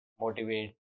motivate